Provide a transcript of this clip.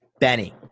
Benny